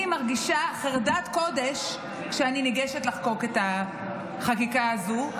אני מרגישה חרדת קודש כשאני ניגשת לחוקק את החקיקה הזו.